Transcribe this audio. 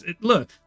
look